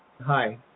Hi